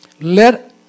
Let